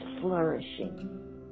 flourishing